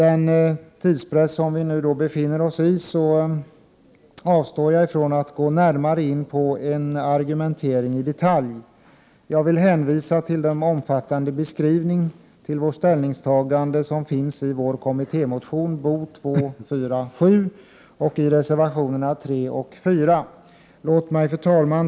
Eftersom vi befinner oss i tidspress, avstår jag från att gå in på en argumentering i detalj. Jag vill hänvisa till den omfattande beskrivning av vårt ställningstagande som finns i vår kommittémotion Bo247 samt i reservationerna 3 och 4. Fru talman!